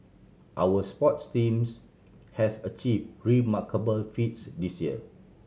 our sports teams has achieve remarkable feats this year